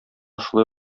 шулай